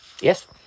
Yes